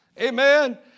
Amen